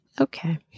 Okay